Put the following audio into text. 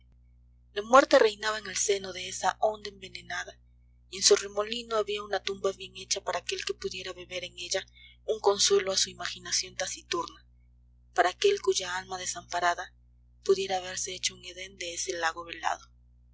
la muerte reinaba en el seno de esa onda envenenada y en su remolino había una tumba bien hecha para aquel que pudiera beber en ella un consuelo a su imaginación taciturna para aquel cuya alma desamparada pudiera haberse hecho un edén de ese lago velado